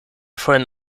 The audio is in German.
vorhin